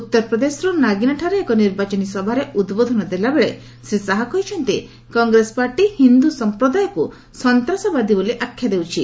ଉତ୍ତର ପ୍ରଦେଶର ନାଗିନାଠାରେ ଏକ ନିର୍ବାଚନୀ ସଭାରେ ଉଦ୍ବୋଧନ ଦେଲାବେଳେ ଶ୍ରୀ ଶାହା କହିଛନ୍ତି କଂଗ୍ରେସ ପାର୍ଟି ହିନ୍ଦ୍ର ସମ୍ପ୍ରଦାୟକ୍ ସନ୍ତାସବାଦୀ ବୋଲି ଆଖ୍ୟା ଦେଉଛି